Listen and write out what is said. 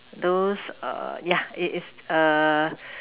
those err yeah it is err